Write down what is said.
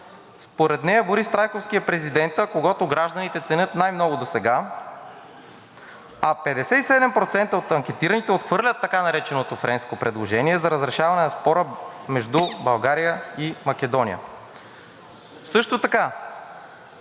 Според нея Борис Трайковски е президентът, когото гражданите ценят най-много досега, а 57% от анкетираните отхвърлят така нареченото френско предложение за разрешаване на спора между България и Македония. Също така